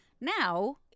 Now